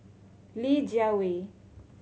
Li Jiawei